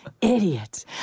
Idiot